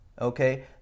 okay